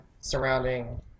surrounding